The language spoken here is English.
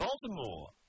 Baltimore